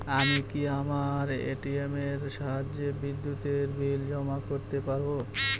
আমি কি আমার এ.টি.এম এর সাহায্যে বিদ্যুতের বিল জমা করতে পারব?